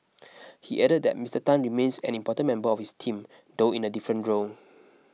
he added that Mister Tan remains an important member of his team though in a different role